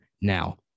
Now